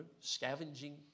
scavenging